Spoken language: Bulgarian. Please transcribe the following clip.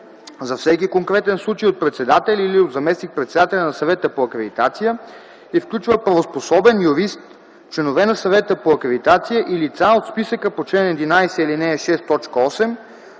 за всеки конкретен случай от председателя или от заместник-председателя на Съвета по акредитация и включва правоспособен юрист, членове на Съвета по акредитация и лица от списъка по чл. 11, ал. 6,